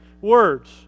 words